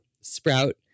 sprout